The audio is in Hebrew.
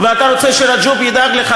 ואתה רוצה שרג'וב ידאג לך?